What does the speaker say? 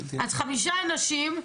אז חמישה אנשים,